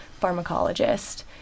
pharmacologist